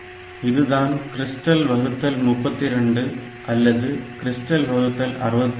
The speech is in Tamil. இதுதான் கிறிஸ்டல் வகுத்தல் 32 அல்லது கிறிஸ்டல் வகுத்தல் 64